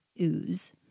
ooze